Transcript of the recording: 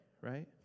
right